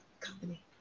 company